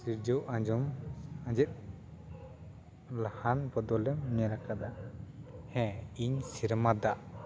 ᱥᱤᱨᱡᱟᱹᱣ ᱟᱡᱚᱢ ᱟᱡᱮᱛ ᱞᱟᱦᱟᱱ ᱵᱚᱫᱚᱞ ᱮᱢ ᱧᱮᱞ ᱟᱠᱟᱫᱟ ᱦᱮᱸ ᱤᱧ ᱥᱮᱨᱢᱟ ᱫᱟᱜ